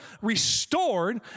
restored